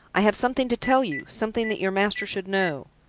i have something to tell you something that your master should know.